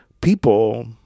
People